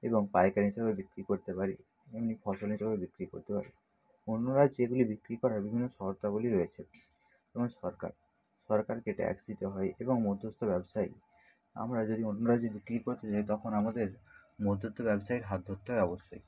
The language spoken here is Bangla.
এবং পাইকারি হিসাবেও বিক্রি করতে পারি এমনি ফসল হিসাবেও বিক্রি করতে পারি অন্য রাজ্যে এগুলি বিক্রি করার বিভিন্ন শর্তাবলী রয়েছে যেমন সরকার সরকারকে ট্যাক্স দিতে হয় এবং মধ্যস্থ ব্যবসায়ী আমরা যদি অন্য রাজ্যে বিক্রি করতে যাই তখন আমাদের মধ্যস্থ ব্যবসায়ীর হাত ধরতে হয় অবশ্যই